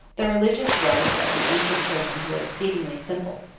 the religious rites of the ancient persians were exceedingly simple.